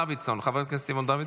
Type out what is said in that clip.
חבר הכנסת סימון דוידסון.